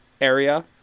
area